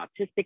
autistic